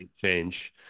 change